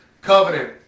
covenant